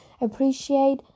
appreciate